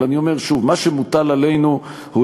אבל אני אומר שוב: מה שמוטל עלינו הוא